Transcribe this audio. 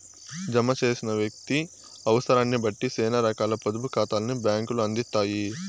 జమ చేసిన వ్యక్తి అవుసరాన్నిబట్టి సేనా రకాల పొదుపు కాతాల్ని బ్యాంకులు అందిత్తాయి